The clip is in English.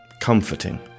comforting